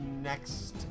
Next